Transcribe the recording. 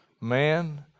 man